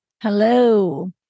hello